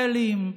וישראלים.